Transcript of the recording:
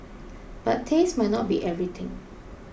but taste might not be everything